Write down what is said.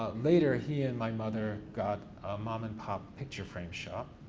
ah later he and my mother got a mom and pop picture frame shop,